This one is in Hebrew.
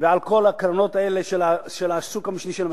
ועל כל הקרנות האלה של השוק השלישי למשכנתאות.